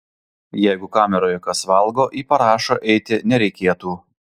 jeigu kameroje kas valgo į parašą eiti nereikėtų